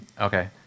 Okay